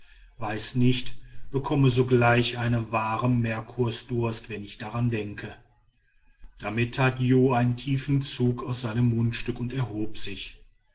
weiß nicht bekomme sogleich einen wahren merkursdurst wenn ich daran denke damit tat jo einen tiefen zug aus seinem mundstück und erhob sich